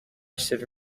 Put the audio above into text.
should